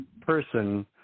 person